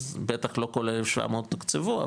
אז בטח לא כל ה-1,700 תוקצבו,